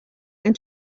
and